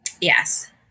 Yes